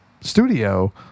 studio